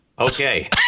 Okay